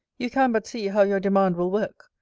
you can but see how your demand will work.